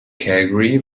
calgary